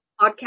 podcast